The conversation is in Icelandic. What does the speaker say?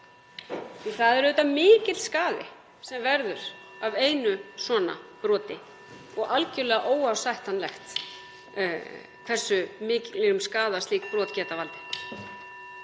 Það er auðvitað mikill skaði sem verður af einu svona broti og algerlega óásættanlegt hversu miklum skaða slík brot geta valdið.